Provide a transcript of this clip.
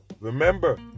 remember